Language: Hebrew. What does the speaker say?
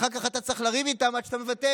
אחר כך אתה צריך לריב איתם עד שאתה מבטל.